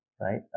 right